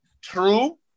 True